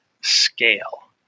scale